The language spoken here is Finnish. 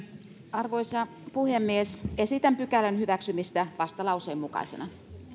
arvoisa puhemies esitän pykälän hyväksymistä vastalauseen mukaisena